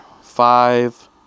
five